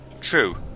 True